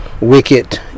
wicked